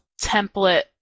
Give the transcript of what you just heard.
template